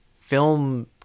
film